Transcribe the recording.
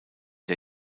der